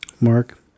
Mark